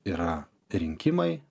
yra rinkimai